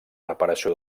reparació